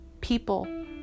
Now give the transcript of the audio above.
people